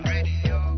Radio